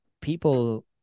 people